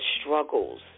struggles